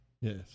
Yes